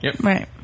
right